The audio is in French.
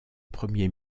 premier